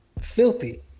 filthy